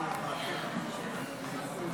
אני מצטערת, אני קצת צרודה.